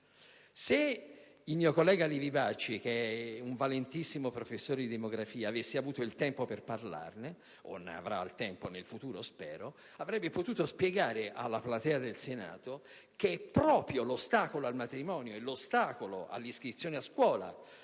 Se il mio collega Livi Bacci, valentissimo professore di demografia, avesse avuto il tempo per parlarne - ne avrà il tempo in futuro, spero - avrebbe potuto spiegare alla platea del Senato che è proprio l'ostacolo al matrimonio e all'iscrizione a scuola